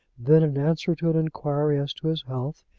then in answer to an inquiry as to his health,